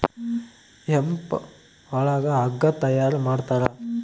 hemp ಒಳಗ ಹಗ್ಗ ತಯಾರ ಮಾಡ್ತಾರ